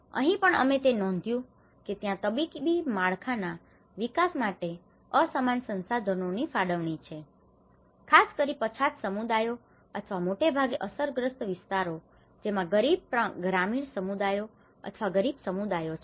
અહીં પણ અમે તે નોંધ્યું છે કે ત્યાં તબીબી માળખાના વિકાસ માટે અસમાન સંસાધનો ની ફાળવણી છે ખાસ કરીને પછાત સમુદાયો અથવા મૉટે ભાગે અસરગ્રસ્ત વિસ્તારો જેમાં ગરીબ ગ્રામીણ સમુદાયો અથવા ગરીબ સમુદાયો છે